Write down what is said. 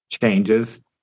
changes